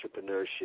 entrepreneurship